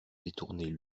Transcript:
détourner